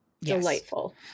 delightful